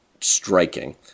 striking